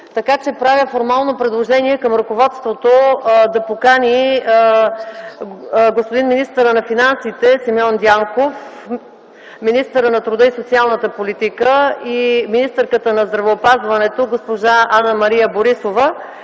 Правя формално предложение към ръководството – да покани министъра на финансите Симеон Дянков, министъра на труда и социалната политика и министъра на здравеопазването госпожа Анна-Мария Борисова,